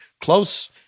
close